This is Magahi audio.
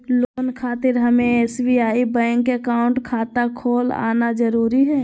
लोन खातिर हमें एसबीआई बैंक अकाउंट खाता खोल आना जरूरी है?